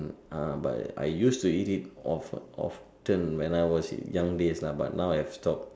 uh but I used to eat it of~ often when I was young days ah but now I've stopped